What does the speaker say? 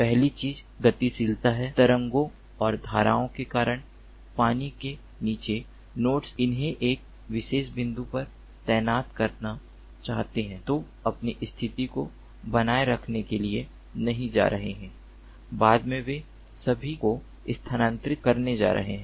पहली चीज गतिशीलता है तरंगों और धाराओं के कारण पानी के नीचे नोड्स उन्हें एक विशेष बिंदु पर तैनात करना चाहते हैं वे अपनी स्थिति को बनाए रखने के लिए नहीं जा रहे हैं बाद में वे सभी को स्थानांतरित करने जा रहे हैं